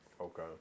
Okay